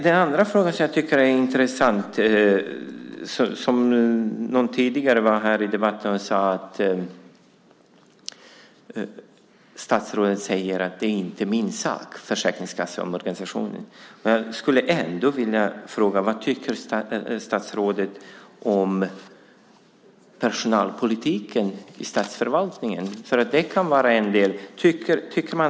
Den andra frågan som jag tycker är intressant togs upp tidigare i debatten. Statsrådet säger om omorganisationen av Försäkringskassan: Det är inte min sak. Men jag skulle ändå vilja fråga: Vad tycker statsrådet om personalpolitiken i statsförvaltningen? Det kan vara en del i detta.